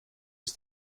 ist